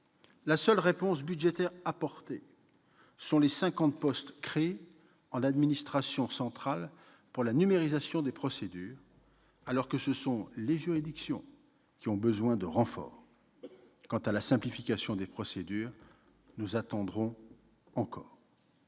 La seule réponse budgétaire apportée est la création de cinquante postes en administration centrale pour la numérisation des procédures, alors que ce sont les juridictions qui ont besoin de renforts. Quant à la simplification des procédures, nous attendrons encore